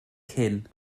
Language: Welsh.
cyn